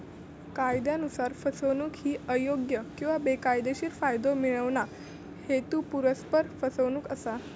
कायदयानुसार, फसवणूक ही अयोग्य किंवा बेकायदेशीर फायदो मिळवणा, हेतुपुरस्सर फसवणूक असा